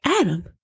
Adam